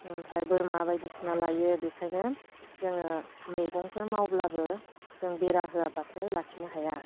ओमफ्राय बोरमा बायदिसिना लायो बेखायनो जोङो मैगंफोर मावब्लाबो जों बेरा होआब्लाथाय लाखिनो हाया